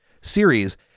series